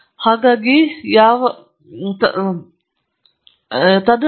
ಅವರು ದುರ್ಬಲರಾಗಿದ್ದಾರೆಂಬ ಮುಖ್ಯ ಕಾರಣವೆಂದರೆ ನೀವು ಅವುಗಳನ್ನು ಅರ್ಥಮಾಡಿಕೊಳ್ಳಲು ಹಾರ್ಡ್ ಕೆಲಸ ಮಾಡದಿರುವ ಕಾರಣ